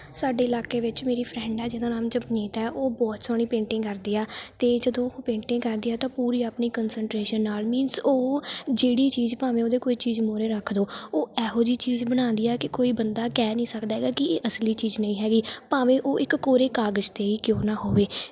ਸਾਡੇ ਇਲਾਕੇ ਵਿੱਚ ਮੇਰੀ ਫਰੈਂਡ ਆ ਜਿਹਦਾ ਨਾਮ ਜਪਨੀਤ ਹੈ ਉਹ ਬਹੁਤ ਸੋਹਣੀ ਪੇਂਟਿੰਗ ਕਰਦੀ ਆ ਅਤੇ ਜਦੋਂ ਉਹ ਪੇਂਟਿੰਗ ਕਰਦੀ ਹੈ ਤਾਂ ਪੂਰੀ ਆਪਣੀ ਕੰਨਸਟਰੇਸ਼ਨ ਨਾਲ ਮੀਨਸ ਉਹ ਜਿਹੜੀ ਚੀਜ਼ ਭਾਵੇਂ ਉਹਦੇ ਕੋਈ ਚੀਜ਼ ਮੋਹਰੇ ਰੱਖ ਦਿਉ ਉਹ ਇਹੋ ਜਿਹੀ ਚੀਜ਼ ਬਣਾਉਂਦੀ ਆ ਕਿ ਕੋਈ ਬੰਦਾ ਕਹਿ ਨਹੀਂ ਸਕਦਾ ਹੈਗਾ ਕਿ ਇਹ ਅਸਲੀ ਚੀਜ਼ ਨਹੀਂ ਹੈਗੀ ਭਾਵੇਂ ਉਹ ਇੱਕ ਕੋਰੇ ਕਾਗਜ਼ 'ਤੇ ਹੀ ਕਿਉਂ ਨਾ ਹੋਵੇ